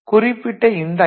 குறிப்பிட்ட இந்த ஐ